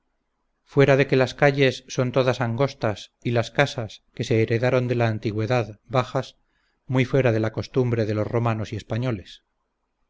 fuera de que las calles son todas angostas y las casas que se heredaron de la antigüedad bajas muy fuera de la costumbre de los romanos y españoles